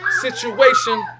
situation